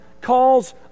calls